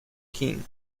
king